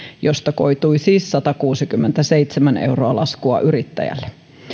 josta koitui siis satakuusikymmentäseitsemän euroa laskua yrittäjälle